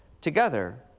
together